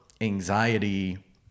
anxiety